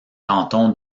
canton